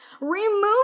Remove